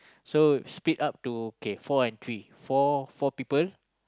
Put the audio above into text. so split up to four and three four four people